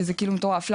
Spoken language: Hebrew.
שזה מטורף.